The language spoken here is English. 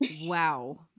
wow